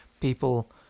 people